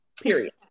period